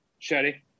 Shetty